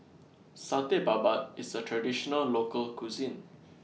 Satay Babat IS A Traditional Local Cuisine